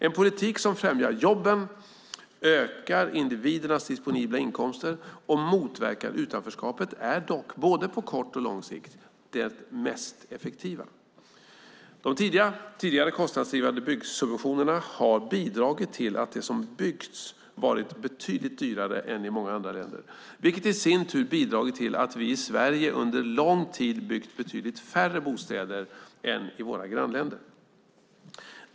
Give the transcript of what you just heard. En politik som främjar jobben, ökar individernas disponibla inkomster och motverkar utanförskapet är dock, både på kort och på lång sikt, det mest effektiva. De tidigare kostnadsdrivande subventionerna har bidragit till att det som byggts varit betydligt dyrare än i många andra länder vilket i sin tur bidragit till att vi i Sverige under en lång tid byggt betydligt färre bostäder än våra grannländer.